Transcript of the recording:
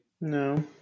No